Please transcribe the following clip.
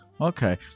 Okay